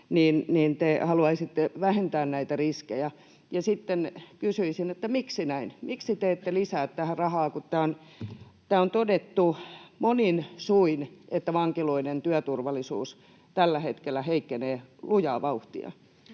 te haluaisitte vähentää näitä riskejä, ja kysyisin: miksi näin, miksi te ette lisää tähän rahaa, kun on todettu monin suin, että vankiloiden työturvallisuus tällä hetkellä heikkenee lujaa vauhtia?